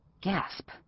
gasp